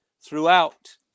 throughout